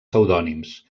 pseudònims